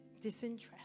disinterest